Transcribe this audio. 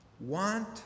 Want